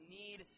need